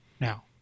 now